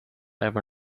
ever